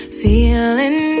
feeling